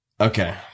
Okay